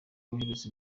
uherutse